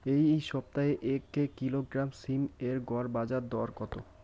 এই সপ্তাহে এক কিলোগ্রাম সীম এর গড় বাজার দর কত?